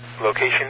Location